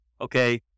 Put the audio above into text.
Okay